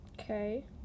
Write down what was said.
Okay